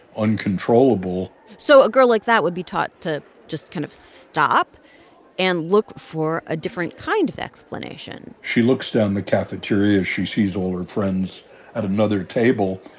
uncontrollable so a girl like that would be taught to just kind of stop and look for a different kind of explanation she looks down the cafeteria and she sees all her friends at another table.